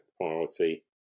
priority